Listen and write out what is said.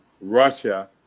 Russia